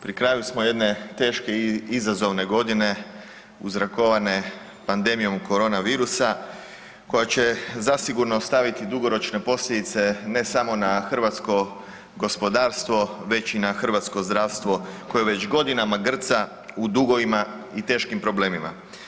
Pri kraju smo jedne teške izazovne godine uzrokovane pandemijom korona virusa koja će zasigurno ostaviti dugoročne posljedice ne samo na hrvatsko gospodarstvo već i na hrvatsko zdravstvo koje već godinama grca u dugovima i teškim problemima.